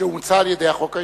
שאומצה על-ידי החוק הישראלי.